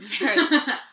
Right